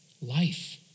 Life